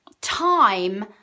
time